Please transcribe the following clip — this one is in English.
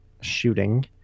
shooting